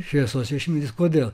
šviesos išmintis kodėl